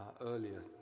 earlier